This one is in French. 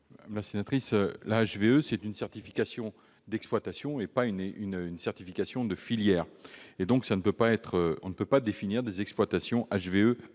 Madame la sénatrice, la HVE est une certification d'exploitation et non pas une certification de filière. On ne peut donc pas définir des exploitations